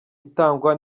itangwa